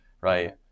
right